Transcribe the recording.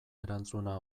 erantzuna